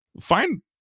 find